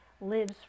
lives